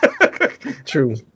True